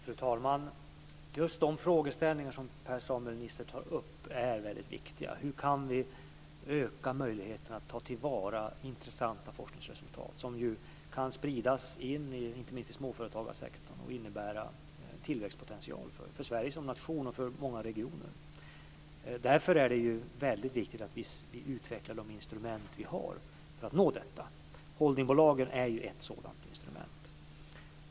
Fru talman! Just de frågeställningar som Per Samuel Nisser tar upp är väldigt viktiga. Hur kan vi öka möjligheten att ta till vara intressanta forskningsresultat? De kan ju inte minst spridas in i småföretagarsektorn och innebära en tillväxtpotential för Sverige som nation och för många regioner. Därför är det väldigt viktigt att vi utvecklar de instrument vi har för att nå detta. Holdingbolagen är ett sådant instrument.